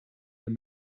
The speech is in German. dem